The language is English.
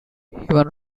human